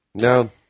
No